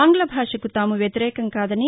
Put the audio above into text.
ఆంగ్ల భాషకు తాము వ్యతిరేకం కాదని